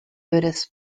buddhist